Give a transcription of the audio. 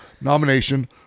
nomination